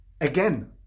again